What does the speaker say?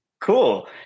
cool